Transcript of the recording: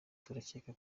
turakeka